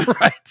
Right